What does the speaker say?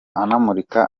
anamurika